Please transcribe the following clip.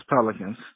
Pelicans